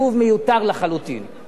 הציג את הכנסת לא יפה.